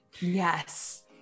Yes